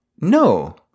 No